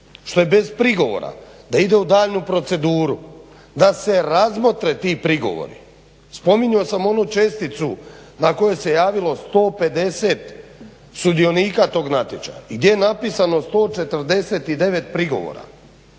što je bez prigovora da ide u daljnju proceduru, da se razmotre ti prigovori. Spominjao sam onu česticu na koju se javilo 150 sudionika tog natječaja i gdje je napisano 149 prigovora